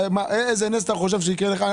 איזה נס אתה חושב שיקרה לך?